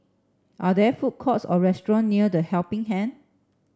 are there food courts or restaurant near The Helping Hand